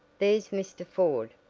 there's mr. ford,